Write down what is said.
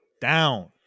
down